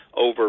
over